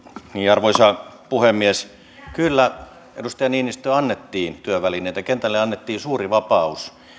arvoisa puhemies kyllä edustaja niinistö annettiin työvälineitä kentälle annettiin suuri vapaus